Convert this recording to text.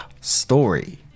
story